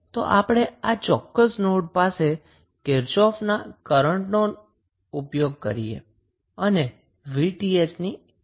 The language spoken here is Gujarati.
તો આપણે આ ચોક્કસ નોડ પાસે કિર્ચોફના કરન્ટનો ઉપયોગ કરી અને 𝑉𝑇ℎ ની કિંમત શોધવાનો પ્રયત્ન કરીશું